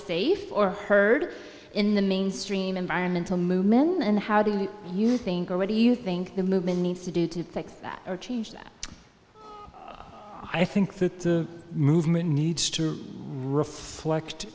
safe or heard in the mainstream environmental movement and how do you think or what do you think the movement needs to do to make that change that i think that the movement needs to reflect